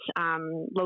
local